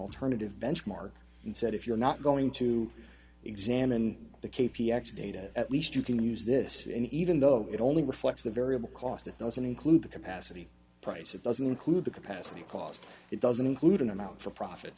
alternative benchmark and said if you're not going to examine the k p x data at least you can use this and even though it only reflects the variable cost that doesn't include the capacity price it doesn't include the capacity cost it doesn't include an amount for profit